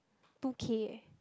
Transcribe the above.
two K eh